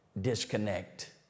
disconnect